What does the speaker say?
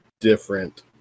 different